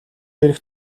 ирэх